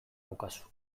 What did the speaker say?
daukazu